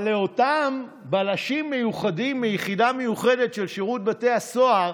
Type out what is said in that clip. אבל לאותם בלשים מיוחדים מיחידה מיוחדת של שירות בתי הסוהר,